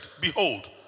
Behold